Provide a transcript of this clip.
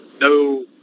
no